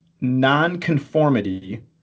nonconformity